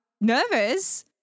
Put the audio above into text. nervous